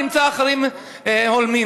נמצא אחרים הולמים.